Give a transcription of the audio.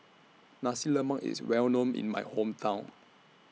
Nasi Lemak IS Well known in My Hometown